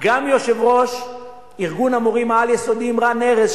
יושב-ראש ארגון המורים העל-יסודיים רן ארז,